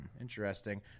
Interesting